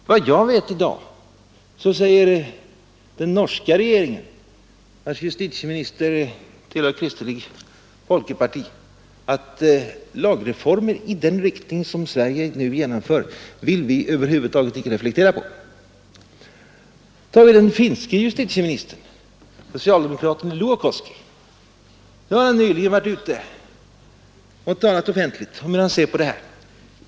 Såvitt jag vet i dag säger den norska regeringen, vars justitieminister tillhör kristelig folkeparti, att lagreformer i den riktning som Sverige nu genomför vill man över huvud taget icke reflektera på. Den finske justitieministern, socialdemokraten Louekoski, har nyligen varit ute och talat offentligt om hur han ser på detta.